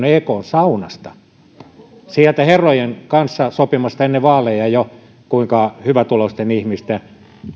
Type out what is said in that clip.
ekn saunasta sieltä herrojen kanssa sopimasta jo ennen vaaleja kuinka hyvätuloisten ihmisten